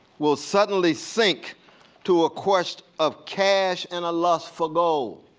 will suddenly sink to a question of cash and a lust for gold.